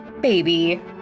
Baby